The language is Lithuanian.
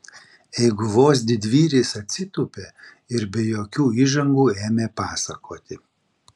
eiguvos didvyris atsitūpė ir be jokių įžangų ėmė pasakoti